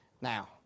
Now